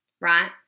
right